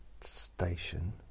station